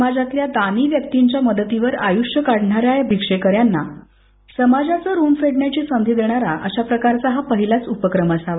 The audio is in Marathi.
समाजातल्या दानी व्यक्तींच्या मदतीवर आयुष्य काढणा या या भिक्षेका यांना समाजाचं ऋण फेडण्याची संधी देणारा अशा प्रकारचा हा पहिलाच उपक्रम असावा